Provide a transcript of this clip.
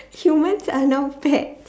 humans are now pets